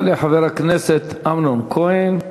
יעלה חבר הכנסת אמנון כהן,